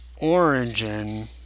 origin